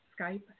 Skype